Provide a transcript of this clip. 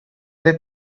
they